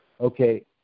okay